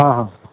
हां हां